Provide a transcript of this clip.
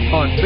on